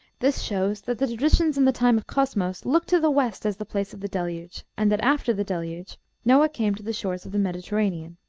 this shows that the traditions in the time of cosmos looked to the west as the place of the deluge, and that after the deluge noah came to the shores of the mediterranean.